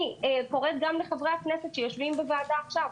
אני קוראת גם לחברי הכנסת שיושבים בוועדה עכשיו,